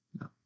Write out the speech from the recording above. no